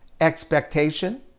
expectation